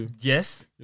Yes